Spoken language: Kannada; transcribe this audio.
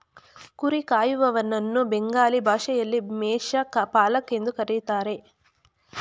ಕುರಿ ಕಾಯುವನನ್ನ ಬೆಂಗಾಲಿ ಭಾಷೆಯಲ್ಲಿ ಮೇಷ ಪಾಲಕ್ ಎಂದು ಕರಿತಾರೆ